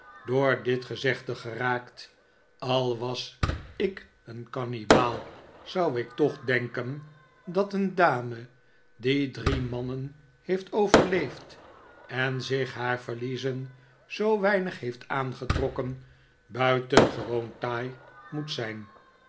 door dit gezegde geraakt al was ik een kannibaal zou ik toch denken dat een dame die drie mannen heeft overleefd en zich haar verliezen zoo weinig heeft aangetrokken buitengewoon taai moet zijn